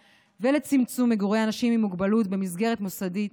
ולצמצום מגורי אנשים עם מוגבלות במסגרת מוסדית.